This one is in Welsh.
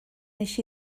wnes